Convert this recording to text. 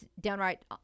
downright